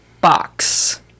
box